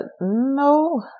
no